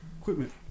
equipment